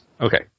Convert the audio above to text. Okay